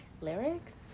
lyrics